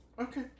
Okay